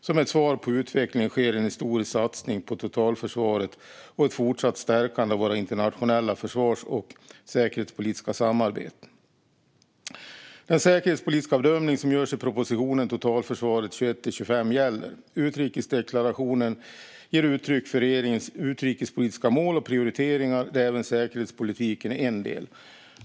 Som ett svar på utvecklingen sker en historisk satsning på totalförsvaret och ett fortsatt stärkande av våra internationella försvars och säkerhetspolitiska samarbeten." Den säkerhetspolitiska bedömning som görs i propositionen Totalförsvaret 2021 - 2025 gäller. Utrikesdeklarationen ger uttryck för regeringens utrikespolitiska mål och prioriteringar, där även säkerhetspolitiken är en del.